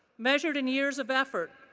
measured in years of effort,